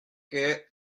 quai